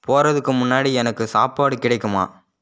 போகறதுக்கு முன்னாடி எனக்கு சாப்பாடு கிடைக்குமா